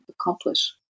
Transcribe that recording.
accomplish